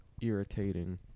irritating